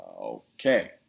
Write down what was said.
okay